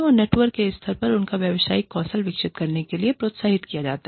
और नेटवर्क के स्तर पर उनका व्यावसायिक कौशल विकसित करने के लिए प्रोत्साहित किया जाता है